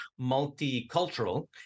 multicultural